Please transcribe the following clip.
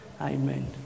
amen